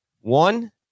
One